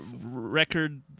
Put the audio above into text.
record